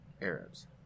Arabs